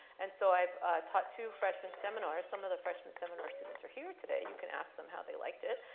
and so i've taught two freshman seminars. some of the freshman seminar students are here today. you can ask them how they liked it.